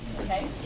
okay